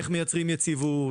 איך מייצרים יציבות,